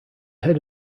head